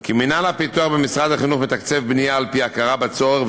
כי מינהל הפיתוח במשרד החינוך מתקצב בנייה על-פי הכרה בצורך,